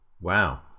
Wow